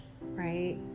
right